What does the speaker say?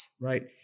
right